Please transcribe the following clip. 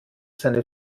seine